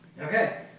Okay